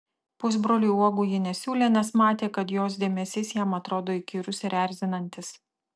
pusbroliui uogų ji nesiūlė nes matė kad jos dėmesys jam atrodo įkyrus ir erzinantis